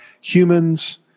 humans